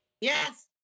Yes